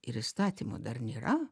ir įstatymo dar nėra